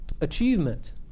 Achievement